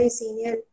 senior